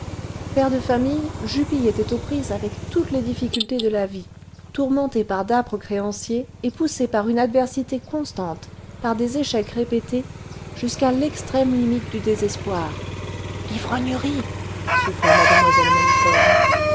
père de famille jupille était aux prises avec toutes les difficultés de la vie tourmenté par d'âpres créanciers et poussé par une adversité constante par des échecs répétés jusqu'à l'extrême limite du désespoir l'ivrognerie souffla mlle malicorne